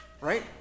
Right